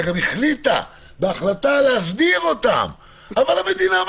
גם החליטה בהחלטה להסדיר אותם אבל המדינה,